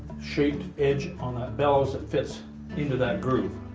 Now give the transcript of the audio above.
shaped edge on that bellows that fits into that groove.